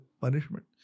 punishment